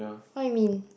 what you mean